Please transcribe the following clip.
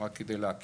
רק כדי להכיר,